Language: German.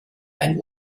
ein